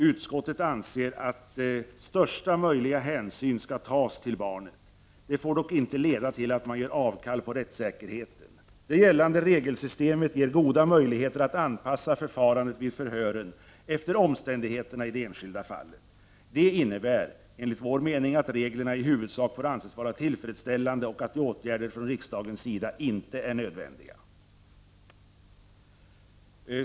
Utskottet anser att största möjliga hänsyn skall tas till barnet. Det får dock inte leda till att man gör avkall på rättssäkerheten. Det gällande regelsystemet ger goda möjligheter att anpassa förfarandet vid förhören efter omständigheterna i det enskilda fallet. Det innebär enligt vår mening att reglerna i huvudsak får anses vara tillfredsställande och att åtgärder från riksdagens sida inte är nödvändiga.